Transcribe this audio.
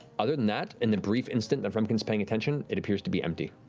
other than that, in the brief instant that frumpkin's paying attention, it appears to be empty.